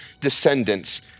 descendants